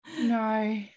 No